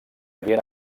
havien